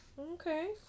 Okay